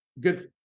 good